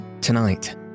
tonight